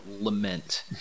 lament